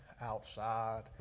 outside